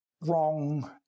wrong